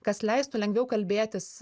kas leistų lengviau kalbėtis